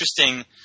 interesting